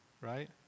Right